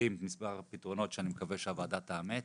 מציעים מספר פתרונות שאני מקווה שהוועדה תאמץ.